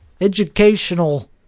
educational